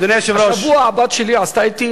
השבוע הבת שלי עשתה אתי